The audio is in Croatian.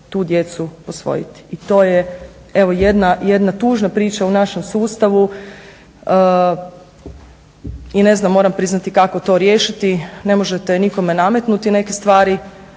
tu djecu posvojiti i to je evo jedna tužna priča u našem sustavu. I ne znam, moram priznati kako to riješiti. Ne možete nikome nametnuti neke stvari.